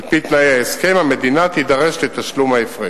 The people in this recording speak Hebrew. על-פי תנאי ההסכם, המדינה תידרש לתשלום ההפרש.